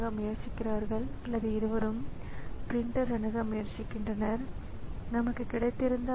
நீங்கள் ஒரு டிஸ்க்கில் இருந்து சில பரிமாற்றங்கள் செய்யும்போது சில டேட்டா பரிமாற்றப்படுகின்றது